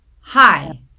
hi